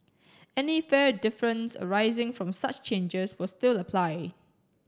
any fare difference arising from such changes will still apply